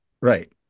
right